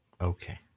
Okay